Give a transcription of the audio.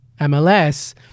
MLS